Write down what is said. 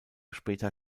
später